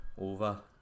over